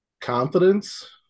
confidence